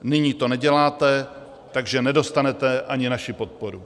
Nyní to neděláte, takže nedostanete ani naši podporu.